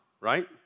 right